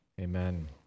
Amen